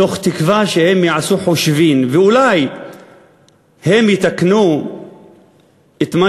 בתקווה שהם יעשו חושבים ואולי הם יתקנו את מה